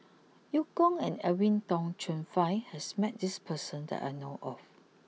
Eu Kong and Edwin Tong Chun Fai has met this person that I know of